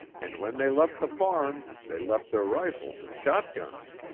and when they left the farm, they left their rifles and shotguns.